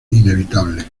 inevitable